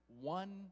one